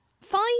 Five